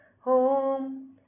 home